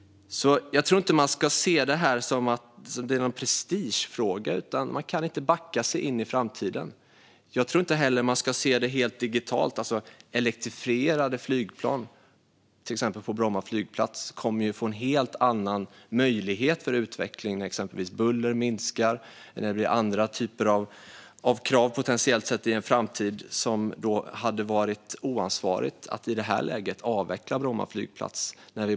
Jag tror inte att man ska se detta som en prestigefråga. Man kan inte backa sig in i framtiden. Jag tror inte heller att man ska se det helt binärt. Till exempel kommer elektrifierade flygplan att få en helt annan möjlighet till utveckling på Bromma flygplats när buller minskar. I en framtid kan det bli andra typer av krav som gör att det skulle vara oansvarigt att i det här läget avveckla Bromma flygplats.